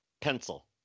Pencil